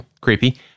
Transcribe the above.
Creepy